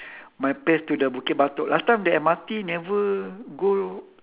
my place to the bukit batok last time the M_R_T never go